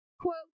quote